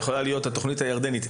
יכולה להיות תוכנית ירדנית.